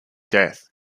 death